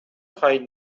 خواهید